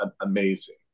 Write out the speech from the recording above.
amazing